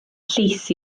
llys